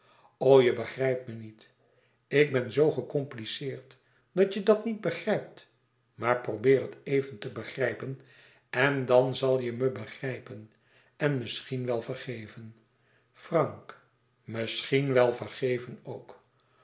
o je begrijpt me niet ik ben zoo gecompliceerd dat je dat niet begrijpt maar probeer het even te begrijpen en dan zàl je me begrijpen en misschien wel vergeven frank misschien wel vergeven ok